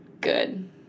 Good